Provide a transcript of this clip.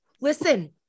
Listen